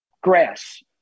grass